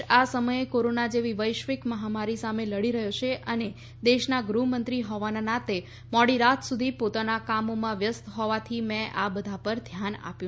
દેશ આ સમયે કોરોના જેવી વૈશ્વિક મહામારી સામે લડી રહ્યો છે અને દેશના ગૃહમંત્રી હોવાના નાતે મોડીરાત સુધી પોતાના કામોમાં વ્યસ્ત હોવાથી મેં આ બધા પર ધ્યાન નથી આપ્યું